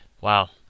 Wow